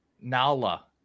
Nala